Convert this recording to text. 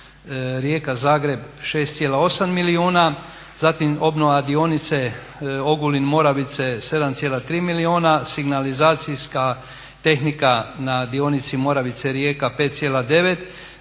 Rijeka – Zagreb 6,8 milijuna. Zatim obnova dionice Ogulin – Moravice 7,3 milijuna, signalizacijska tehnika na dionici Moravice – Rijeka 5,9. Zatim